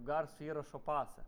garso įrašo pasą